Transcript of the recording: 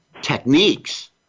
techniques